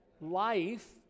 Life